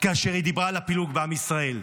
כאשר היא דיברה על הפילוג בעם ישראל.